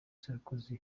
sarkozy